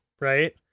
right